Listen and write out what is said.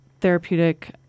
therapeutic